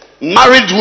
Married